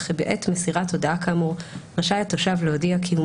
וכי בעת מסירת הודעה כאמור רשאי התושב להודיע כי הוא